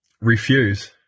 refuse